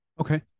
okay